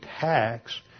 tax